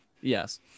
Yes